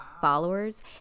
followers